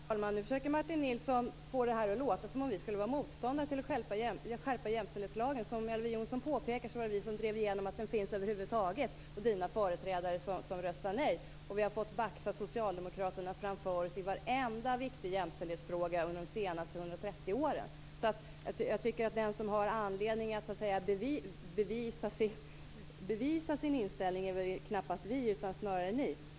Herr talman! Nu försöker Martin Nilsson få det att låta som om vi skulle vara motståndare till att skärpa jämställdhetslagen. Som Elver Jonsson påpekar var det vi som drev igenom att den kom till över huvud taget och Martin Nilssons partiföreträdare som röstade nej. Vi har fått baxa Socialdemokraterna framför oss i varenda viktig jämställdhetsfråga under de senaste 130 åren. De som har anledning att bevisa sin inställning är knappast vi utan snarare ni.